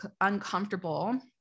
uncomfortable